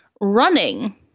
running